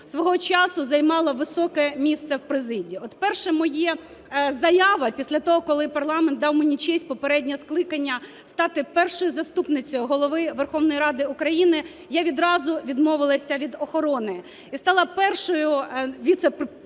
свого часу займала високе місце в президії. От перша моя заява після того, коли парламент дав мені честь, попереднього скликання, стати Першою заступницею Голови Верховної Ради України, я відразу відмовилися від охорони і стала першою віцеспікеркою,